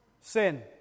sin